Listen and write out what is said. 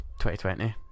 2020